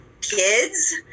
kids